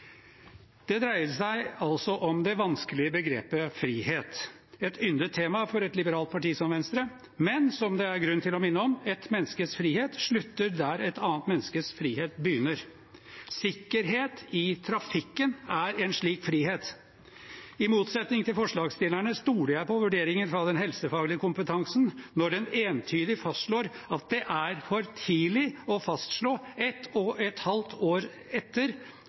Det dreier seg altså om det vanskelige begrepet frihet – et yndet tema for et liberalt parti som Venstre, men det er grunn til å minne om at et menneskes frihet slutter der et annet menneskes frihet begynner. Sikkerhet i trafikken er en slik frihet. I motsetning til forslagsstillerne stoler jeg på vurderingen fra den helsefaglige kompetansen når den entydig fastslår at det er for tidlig å fastslå,